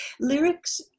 lyrics